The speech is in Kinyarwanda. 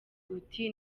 uti